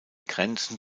grenzen